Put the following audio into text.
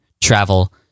Travel